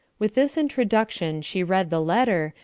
with this introduction she read the letter,